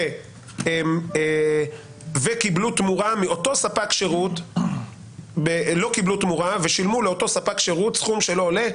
ולא קיבלו תמורה מאותו ספק שירות ושילמו לאותו ספק שירות סכום שלא עולה.